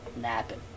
Napping